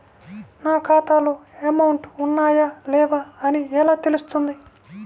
నా ఖాతాలో అమౌంట్ ఉన్నాయా లేవా అని ఎలా తెలుస్తుంది?